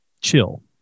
chill